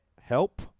help